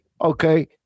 okay